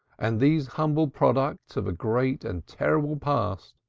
and these humble products of a great and terrible past,